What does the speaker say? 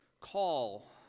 call